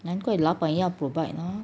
难怪老板要 provide mah